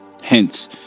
Hence